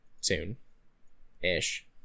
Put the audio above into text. soon-ish